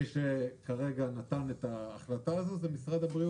מי שנתן את ההחלטה הזאת הוא משרד הבריאות.